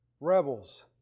rebels